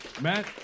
Matt